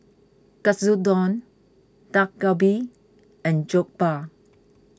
Katsudon Dak Galbi and Jokbal